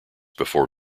before